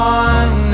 one